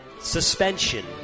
Suspension